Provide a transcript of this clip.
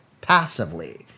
passively